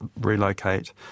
relocate